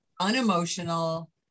unemotional